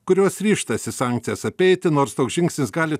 kurios ryžtasi sankcijas apeiti nors toks žingsnis gali